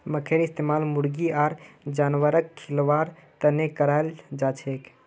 मखईर इस्तमाल मुर्गी आर जानवरक खिलव्वार तने कराल जाछेक